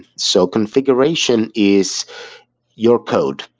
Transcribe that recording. so configuration is your code,